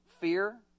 fear